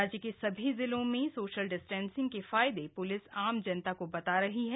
राज्य के सभी जिलों में सोशल डिस्टेंसिंग के फायदे प्लिस आम जनता को बता रही है